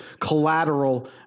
collateral